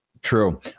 True